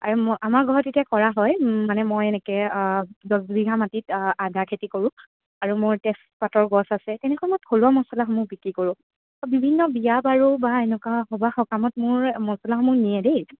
আৰু ম আমাৰ ঘৰত এতিয়া কৰা হয় মানে মই এনেকৈ দছ বিঘা মাটিত আদা খেতি কৰোঁ আৰু মোৰ তেজপাতৰ গছ আছে তেনেকুৱা মই থলুৱা মছলাসমূহ বিক্ৰী কৰোঁ বিভিন্ন বিয়া বাৰু বা এনেকুৱা সভাহ সকামত মোৰ মছলাসমূহ নিয়ে দেই